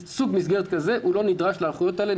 סוג מסגרת כזה לא נדרש להנחיות האלה,